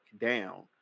down